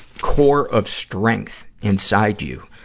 core of strength inside you,